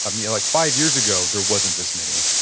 um yeah like five years ago, there wasn't this many.